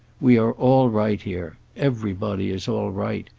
we are all right, here. everybody is all right.